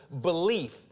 belief